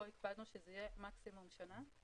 פה הקפדנו שזה יהיה מקסימום שנה,